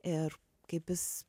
ir kaip jis